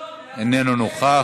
איננו נוכח.